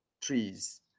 trees